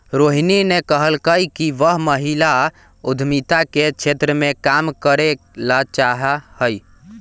रोहिणी ने कहल कई कि वह महिला उद्यमिता के क्षेत्र में काम करे ला चाहा हई